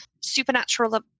supernatural